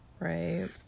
Right